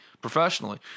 professionally